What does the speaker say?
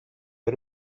out